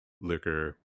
liquor